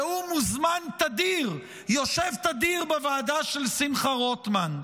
והוא מוזמן תדיר, יושב תדיר בוועדה של שמחה רוטמן.